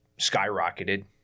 skyrocketed